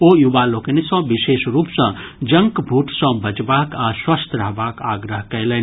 ओ युवा लोकनि सॅ विशेष रूप सॅ जंक फूड सॅ बचबाक आ स्वस्थ रहबाक आग्रह कयलनि